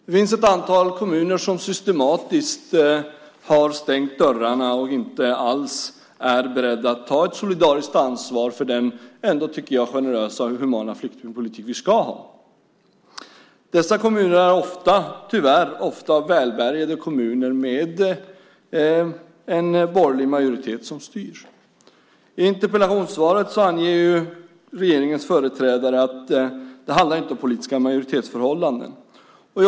Det finns ett antal kommuner som systematiskt har stängt dörrarna och inte alls är beredda att ta ett solidariskt ansvar för den som jag ändå tycker generösa och humana flyktingpolitik som vi ska ha. Dessa kommuner är ofta välbärgade kommuner med en borgerlig majoritet som styr. I interpellationssvaret anger regeringens företrädare att det inte handlar om politiska majoritetsförhållanden.